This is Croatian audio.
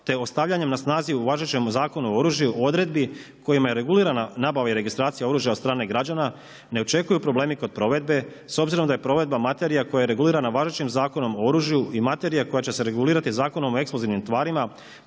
te ostavljanjem na snazi u važećem Zakonu o oružju, u odredbi kojoj je regulirana nabava i registracija od strane građana, ne očekuju problemi kod provedbe s obzirom da je provedba materija koja je regulirana važećim Zakonom o oružju i materija koja će se regulirati Zakonom o eksplozivnim tvarima